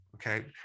Okay